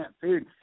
food